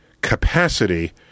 capacity